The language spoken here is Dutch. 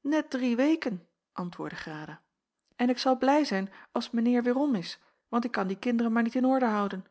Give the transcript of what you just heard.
net drie weken antwoordde grada en ik zal blij zijn als meneer weêrom is want ik kan die kinderen maar niet in orde houden